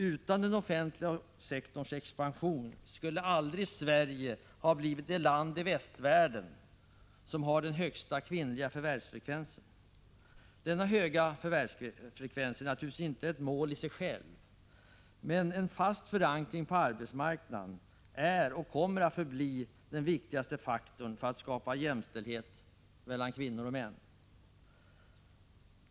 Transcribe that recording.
Utan den offentliga sektorns expansion skulle Sverige aldrig ha blivit det land i västvärlden som har den högsta kvinnliga förvärvsfrekvensen. Denna höga förvärvsfrekvens är naturligtvis inte ett mål i sig. Men en fast förankring på arbetsmarknaden är och kommer att förbli den viktigaste faktorn för att skapa jämställdhet mellan kvinnor och män.